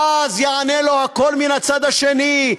ואז יענה לו הקול מן הצד השני: